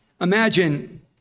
Imagine